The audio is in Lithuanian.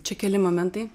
čia keli momentai